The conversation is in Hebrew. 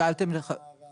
שאלתם את